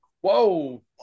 whoa